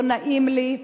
לא נעים לי,